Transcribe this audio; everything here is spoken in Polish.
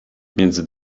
między